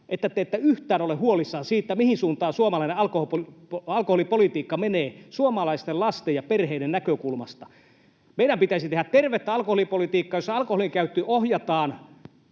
että te ette yhtään ole huolissanne siitä, mihin suuntaan suomalainen alkoholipolitiikka menee suomalaisten lasten ja perheiden näkökulmasta? Meidän pitäisi tehdä tervettä alkoholipolitiikkaa, jossa alkoholinkäyttö ohjataan